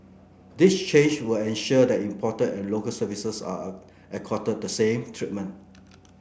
this change will ensure that imported and Local Services are accorded the same treatment